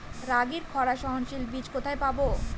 রাগির খরা সহনশীল বীজ কোথায় পাবো?